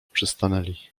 przystanęli